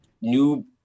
new